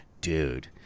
Dude